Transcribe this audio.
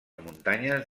muntanyes